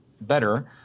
better